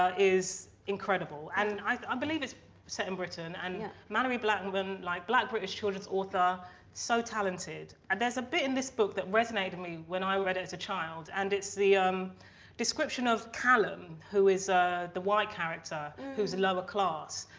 ah is incredible and i um believe it's set in britain and malorie blackman like black british children's author so talented and there's a bit in this book that resonated me when i read as a child and it's the um description of callum who is ah the white character? who's a lower-class?